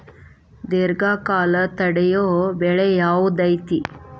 ದೇರ್ಘಕಾಲ ತಡಿಯೋ ಬೆಳೆ ಯಾವ್ದು ಐತಿ?